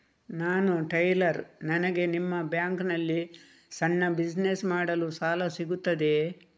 ನಾನು ಟೈಲರ್, ನನಗೆ ನಿಮ್ಮ ಬ್ಯಾಂಕ್ ನಲ್ಲಿ ಸಣ್ಣ ಬಿಸಿನೆಸ್ ಮಾಡಲು ಸಾಲ ಸಿಗುತ್ತದೆಯೇ?